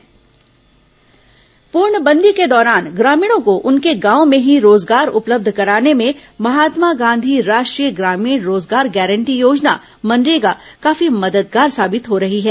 केन्द्र मनरेगा योजना पूर्णबंदी के दौरान ग्रामीणों को उनके गांवों में ही रोजगार उपलब्ध कराने में महात्मा गांधी राष्ट्रीय ग्रामीण रोजगार गारंटी योजना मनरेगा काफी मददगार साबित हो रही है